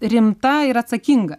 rimta ir atsakinga